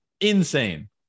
insane